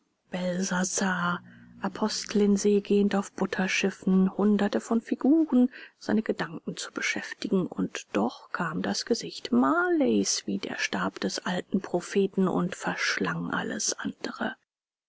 apostel in see gehend auf butterschiffen hunderte von figuren seine gedanken zu beschäftigen und doch kam das gesicht marleys wie der stab des alten propheten und verschlang alles andere